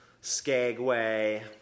Skagway